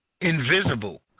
invisible